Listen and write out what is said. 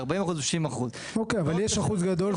אם זה 40% או 60%. אוקיי אבל יש אחוז גדול.